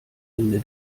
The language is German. ende